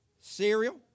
Cereal